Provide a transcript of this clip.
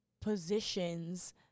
positions